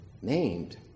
named